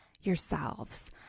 yourselves